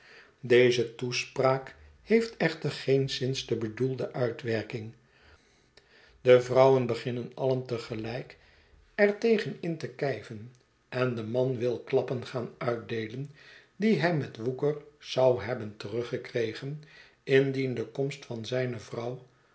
deze toespraak heeft echter geenszins de bedoelde uitwerking de vrouwen beginnen alien te gelijk er tegen in te kijven en de man wil klappen gaan uitdeelen die hij met woeker zou hebben teruggekregen indien de komst van zijne vrouw